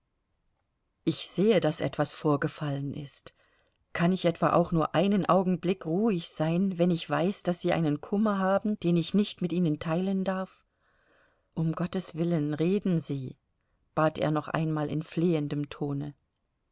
ich sehe daß etwas vorgefallen ist kann ich etwa auch nur einen augenblick ruhig sein wenn ich weiß daß sie einen kummer haben den ich nicht mit ihnen teilen darf um gottes willen reden sie bat er noch einmal in flehendem tone